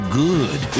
good